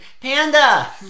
Panda